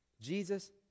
Jesus